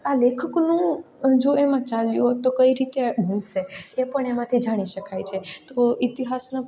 આ લેખકનું જો એમાં ચાલ્યું હોત તો કઈ રીતે બનશે એ પણ એમાંથી જાણી શકાય છે તો ઇતિહાસના